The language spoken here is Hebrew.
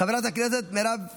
חברת הכנסת מירב כהן,